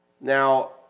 Now